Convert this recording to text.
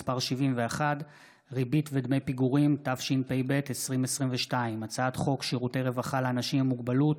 הענקת סמכויות לבתי הדין הדתיים הדרוזיים בנושאים כרוכים),